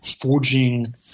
forging